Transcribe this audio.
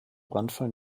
brandfall